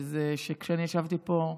שכאשר אני ישבתי פה,